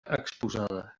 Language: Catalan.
exposada